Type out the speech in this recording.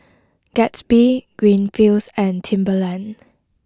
Gatsby Greenfields and Timberland